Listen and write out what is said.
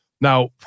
Now